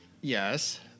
Yes